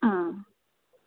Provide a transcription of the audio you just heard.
ആ